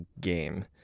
game